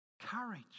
Courage